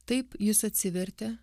taip jis atsivertė